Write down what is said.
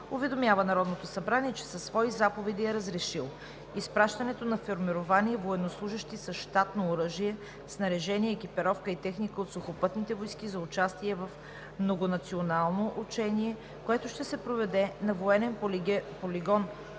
уведомява Народното събрание, че със свои заповеди е разрешил: изпращането на формирования военнослужещи с щатно оръжие, снаряжение, екипировка и техника от сухопътните войски за участие в многонационално учение, което ще се проведе на военен полигон Ожеше,